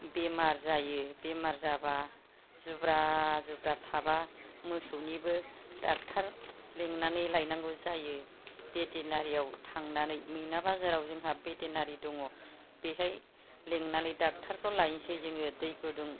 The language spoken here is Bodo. बेराम जायो बेराम जाब्ला जुब्रा जुब्रा थाबा मोसौनिबो डाक्टार लेंनानै लायनांगौ जायो भेटेनारियाव थांनानै मैना बाजाराव जोंहा भेटेनारि दङ बेहाय लिंनानै डाक्टारखौ लायसै जोङो दै गुदुं